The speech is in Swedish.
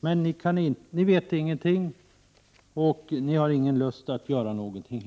Men ni vet ingenting, och ni har heller ingen lust att göra någonting.